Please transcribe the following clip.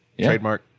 Trademark